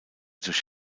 durch